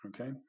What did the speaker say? okay